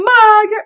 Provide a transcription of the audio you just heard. mug